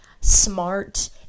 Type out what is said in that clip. smart